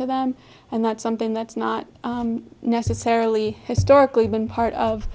to them and that's something that's not necessarily historically been part of